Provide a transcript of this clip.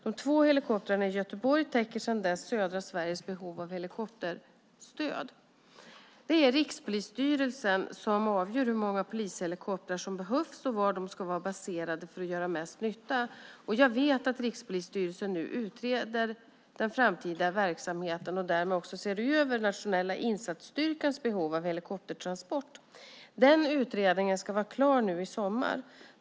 De två helikoptrarna i Göteborg täcker sedan dess södra Sveriges behov av helikopterstöd. Det är Rikspolisstyrelsen som avgör hur många polishelikoptrar som behövs och var de ska vara baserade för att göra mest nytta. Jag vet att Rikspolisstyrelsen nu utreder den framtida helikopterverksamheten och därmed också ser över nationella insatsstyrkans behov av helikoptertransport. Den utredningen ska vara klar nu i sommar.